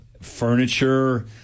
furniture